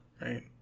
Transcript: right